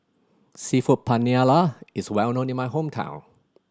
Seafood Paella is well known in my hometown